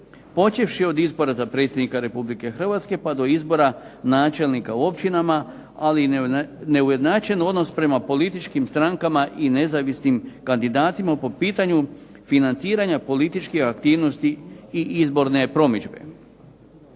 počevši od izbora za predsjednika Republike Hrvatske, pa do izbora načelnika u općinama, ali i neujednačen odnos prema političkim strankama i nezavisnim kandidatima po pitanju financiranja političkih aktivnosti i izborne promidžbe.